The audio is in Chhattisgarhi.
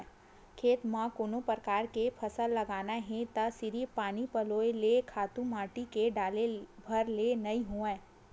खेत म कोनो परकार के फसल लगाना हे त सिरिफ पानी पलोय ले, खातू माटी के डारे भर ले नइ होवय